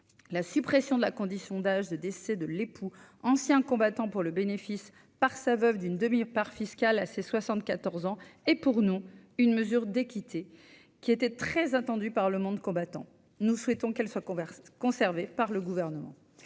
la suppression de la condition d'âge de décès de l'époux ancien combattants pour le bénéfice par sa veuve d'une demi-part fiscale à ses 74 ans, et pour nous, une mesure d'équité qui était très attendue par le monde combattant, nous souhaitons qu'elle soit conservés par le gouvernement,